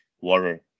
water